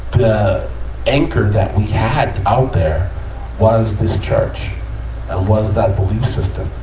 the anchor that we had out there was this church. it was that belief system.